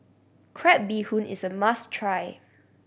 crab bee hoon is a must try